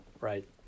right